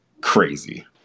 crazy